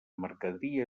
mercaderia